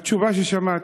זו התשובה ששמעתי.